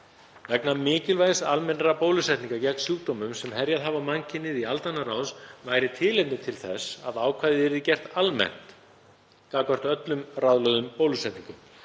Vegna mikilvægis almennra bólusetninga gegn sjúkdómum sem herjað hafa á mannkynið í aldanna rás væri tilefni til þess að ákvæðið yrði gert almennt gagnvart öllum ráðlögðum bólusetningum.